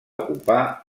ocupar